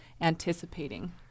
anticipating